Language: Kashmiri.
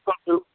بِلکُل بِل